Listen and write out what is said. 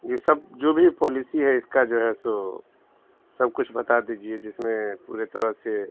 جی سب جو بھی پالیسی ہے اس کا جو ہے سو سب کچھ بتا دیجیے جس میں پورے طرح سے